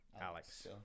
Alex